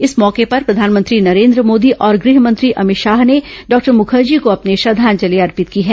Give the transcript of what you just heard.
इस मौके पर प्रधानमंत्री नरेन्द्र मोदी और गृह मंत्री अभित शाह ने डॉक्टर मुखर्जी को अपनी श्रद्वांजलि अर्पित की है